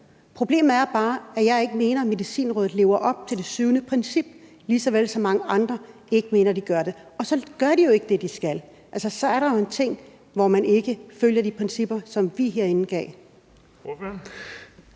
Jeg mener bare, at problemet er, at Medicinrådet ikke lever op til det syvende princip, lige såvel som mange andre ikke mener at de gør det, og så gør de jo ikke det, de skal. Så der er jo nogle ting, hvor man ikke følger de principper, som vi har givet